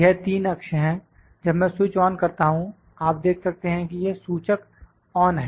यह 3 अक्ष हैं जब मैं स्विच ऑन करता हूं आप देख सकते हैं कि यह सूचक ऑन है